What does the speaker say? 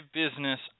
business